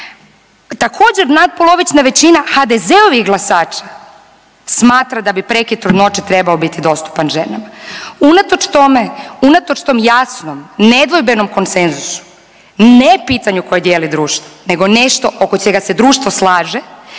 Također natpolovična većina HDZ-ovih glasača smatra da bi prekid trudnoće trebao biti dostupan ženama unatoč tome, unatoč tom jasnom, nedvojbenom konsenzusu ne pitanju koje dijeli društvo nego nešto oko čega se društvo slaže